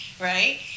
right